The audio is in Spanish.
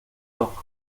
rock